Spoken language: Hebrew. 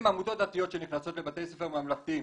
עמותות דתיות שנכנסות לבתי ספר ממלכתיים,